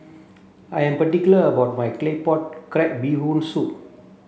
I am particular about my claypot crab bee hoon soup